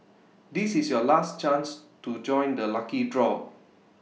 this is your last chance to join the lucky draw